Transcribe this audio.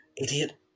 Idiot